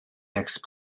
next